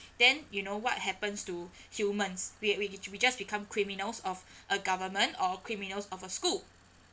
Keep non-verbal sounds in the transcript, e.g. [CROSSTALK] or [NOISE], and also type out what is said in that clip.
then you know what happens to humans where we we we just become criminals of [BREATH] a government or criminals of a school